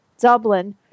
Dublin